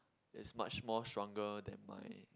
is much more stronger than my